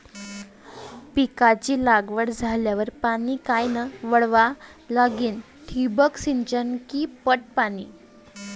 पिकाची लागवड झाल्यावर पाणी कायनं वळवा लागीन? ठिबक सिंचन की पट पाणी?